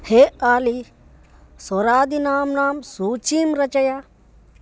हे आली स्वरादिनाम्नां सूचीं रचय